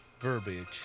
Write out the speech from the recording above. verbiage